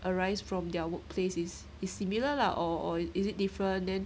arise from their workplace is is similar lah or is it different then